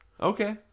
Okay